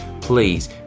please